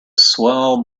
swell